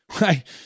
right